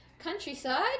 Countryside